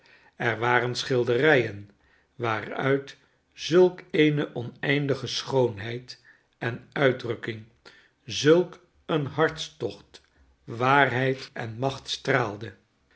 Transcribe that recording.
er waren schilderijen waaruit zulke eene oneindige schoonheid en uitdrukking zulk een hartstocht waarheid en macht straalde